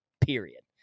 period